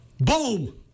boom